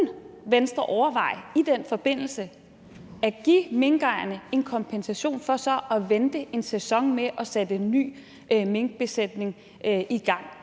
Venstre overveje i den forbindelse at give minkejerne en kompensation for at vente en sæson med at sætte en ny minkbesætning i gang?